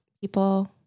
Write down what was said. people